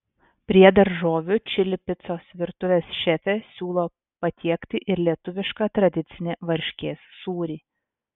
prie daržovių čili picos virtuvės šefė siūlo patiekti ir lietuvišką tradicinį varškės sūrį